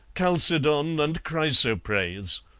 chalcedon and chrysoprase